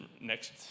next